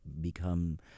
become